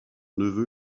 neveu